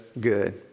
good